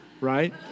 right